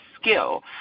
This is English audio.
skill